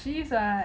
she is [what]